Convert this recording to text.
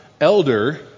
elder